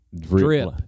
Drip